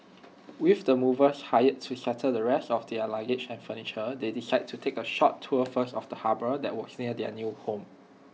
with the movers hired to settle the rest of their luggage and furniture they decided to take A short tour first of the harbour that was near their new home